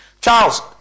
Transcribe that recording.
Charles